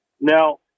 Now